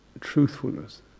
truthfulness